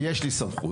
יש לי סמכות.